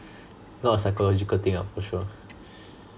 not a psychological thing ah for sure